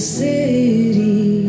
city